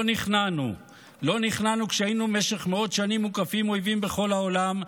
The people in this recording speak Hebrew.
לא נכנענו לא נכנענו כשהיינו במשך מאות שנים מוקפים אויבים בכל העולם,